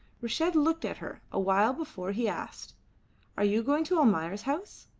reshid looked at her a while before he asked are you going to almayer's house?